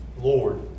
lord